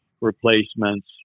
replacements